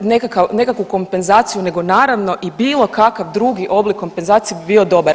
nekakav kompenzaciju nego naravno i bilo kakav drugi oblik kompenzacije bi bio dobar.